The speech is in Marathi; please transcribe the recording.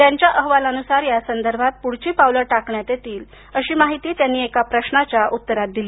त्यांच्या अहवालानुसार यासंदर्भात पुढची पावलं टाकण्यात येतील अशी माहिती त्यांनी एका प्रश्नाच्या उत्तरात दिली